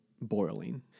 boiling